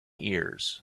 ears